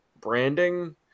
branding